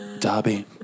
Darby